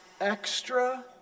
Extra